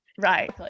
Right